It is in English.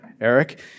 Eric